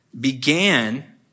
Began